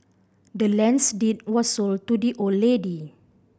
the land's deed was sold to the old lady